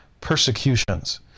persecutions